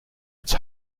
its